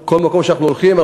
כל מקום שאנחנו הולכים,